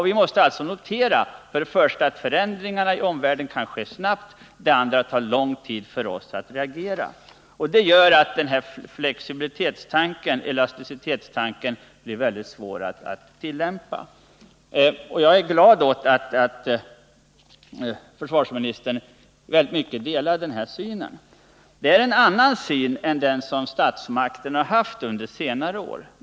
Vi måste alltså notera för det första att förändringarna i omvärlden kan ske snabbt, för det andra att det tar ganska lång tid för oss att hinna reparera brister. Det gör att elasticitetstanken blir mycket svårare att tillämpa. Jag är glad åt att försvarsministern i mycket delar den här synen. Det är en annan syn än den som statsmakterna har haft under senare år.